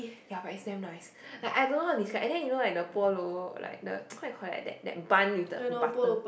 ya but it's damn nice like I don't know how to describe and then you know like the Polo like the what you call that that bun with butter